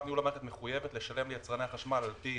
ניהול המערכת מחויבת לשלם ליצרני החשמל על-פי